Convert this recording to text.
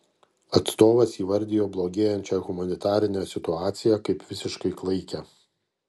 atstovas įvardijo blogėjančią humanitarinę situaciją kaip visiškai klaikią